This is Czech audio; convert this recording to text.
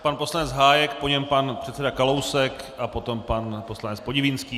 Pan poslanec Hájek, po něm pan předseda Kalousek a potom pan poslanec Podivínský.